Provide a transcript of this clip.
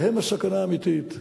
והם הסכנה האמיתית.